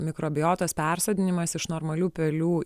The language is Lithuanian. mikrobiotos persodinimas iš normalių pelių